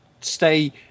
stay